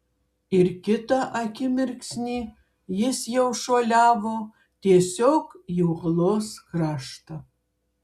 ir kitą akimirksnį jis jau šuoliavo tiesiog į uolos kraštą